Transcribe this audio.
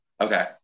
Okay